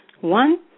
One